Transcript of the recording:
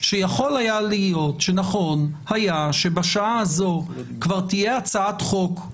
שיכול היה להיות שנכון היה שבשעה הזאת כבר תהיה הצעת חוק.